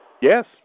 Yes